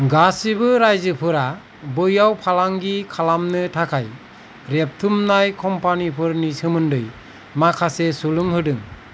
गासिबो रायजोफोरा बैयाव फालांगि खालामनो थाखाय रेबथुमनाय कम्पानिफोरनि सोमोन्दै माखासे सुलुं होदों